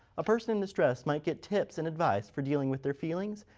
a person in distress might get tips and advice for dealing with their feelings,